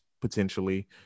potentially